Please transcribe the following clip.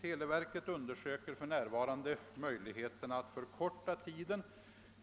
Televerket undersöker för närvarande möjligheterna att förkorta tiden